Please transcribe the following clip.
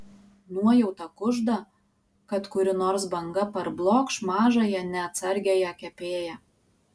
nuojauta kužda kad kuri nors banga parblokš mažąją neatsargiąją kepėją